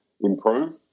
improve